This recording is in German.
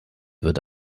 wird